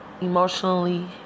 emotionally